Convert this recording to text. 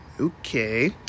Okay